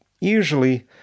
usually